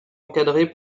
encadrés